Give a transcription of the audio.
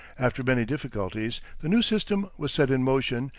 after many difficulties, the new system was set in motion,